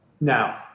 Now